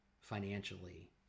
financially